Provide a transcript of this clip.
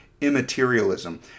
immaterialism